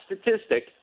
statistic